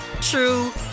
true